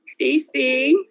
dc